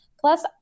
Plus